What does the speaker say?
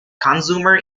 consumer